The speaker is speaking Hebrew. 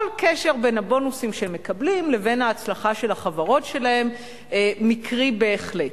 כל קשר בין הבונוסים שהם מקבלים לבין ההצלחה של החברות שלהם מקרי בהחלט,